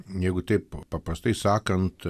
jeigu taip paprastai sakant